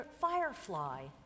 firefly